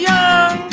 Young